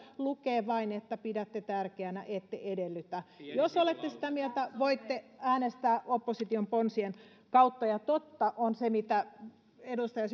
lukee vain että pidätte tärkeänä ette edellytä jos olette sitä mieltä voitte äänestää opposition ponsien kautta totta on se mitä edustaja